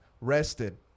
rested